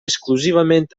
exclusivament